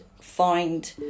find